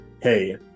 Hey